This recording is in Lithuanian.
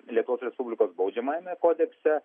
lietuvos respublikos baudžiamajame kodekse